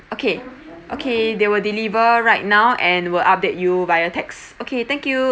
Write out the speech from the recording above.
okay okay they will deliver right now and will update you via tax okay thank you